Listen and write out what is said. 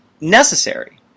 necessary